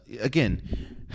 again